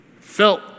felt